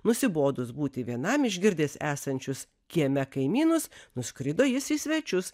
nusibodus būti vienam išgirdęs esančius kieme kaimynus nuskrido jis į svečius